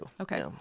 okay